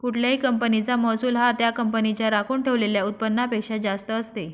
कुठल्याही कंपनीचा महसूल हा त्या कंपनीच्या राखून ठेवलेल्या उत्पन्नापेक्षा जास्त असते